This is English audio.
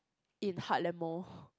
in Heartland Mall